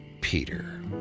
Peter